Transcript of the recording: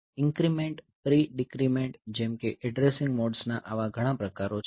increment pre decrement જેમ કે addressing મોડ્સના આવા ઘણા પ્રકારો છે